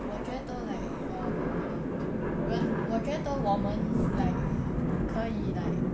我觉得 like err 我觉得我们 like 可以 like